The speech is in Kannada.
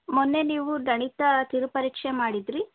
ಮೊನ್ನೆ ನೀವು ಗಣಿತ ಕಿರು ಪರೀಕ್ಷೆ ಮಾಡಿದ್ದಿರಿ